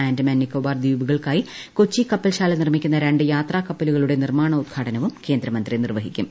ആൻഡമാൻ നിക്കോബാർ ദ്വീപുകൾക്കായി കൊച്ചി കപ്പൽശാല നിർമ്മിക്കുന്ന രണ്ടു യാത്രാകപ്പലുകളുടെ നിർമാണോദ്ഘാടനവും കേന്ദ്രമന്ത്രി നിർവ്വഹിക്കും